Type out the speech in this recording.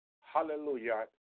hallelujah